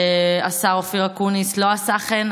השר אופיר אקוניס, לא עשה כן.